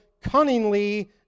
cunningly